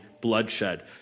bloodshed